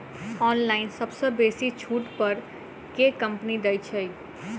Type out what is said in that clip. Online सबसँ बेसी छुट पर केँ कंपनी दइ छै?